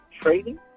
trading